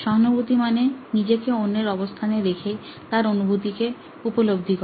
সহানুভূতি মনে নিজেকে অন্যের অবস্থানে রেখে তার অনুভূতিকে উপলব্ধি করা